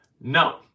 No